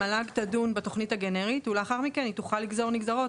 המל"ג תדון בתוכנית הגנרית ולאחר מכן היא תוכל לגזור נגזרות.